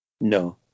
No